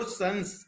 sons